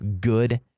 good